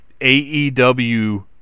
AEW